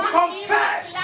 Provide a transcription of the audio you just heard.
confess